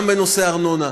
גם בנושא ארנונה,